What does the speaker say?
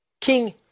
King